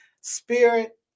spirit